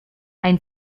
ein